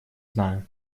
знаю